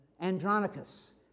Andronicus